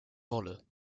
wolle